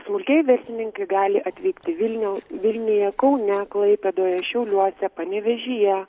smulkieji verslininkai gali atvykti į vilnių vilniuje kaune klaipėdoje šiauliuose panevėžyje